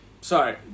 sorry